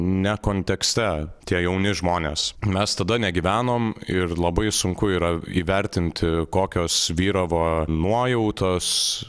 ne kontekste tie jauni žmonės mes tada negyvenom ir labai sunku yra įvertinti kokios vyravo nuojautos